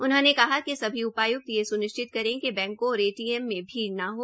उन्होंने कहा कि सभी उपाय्क्त यह स्निश्चित करें कि बैंकों और एटीएम में भीड़ न हो